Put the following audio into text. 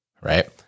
right